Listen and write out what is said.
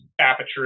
aperture